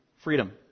freedom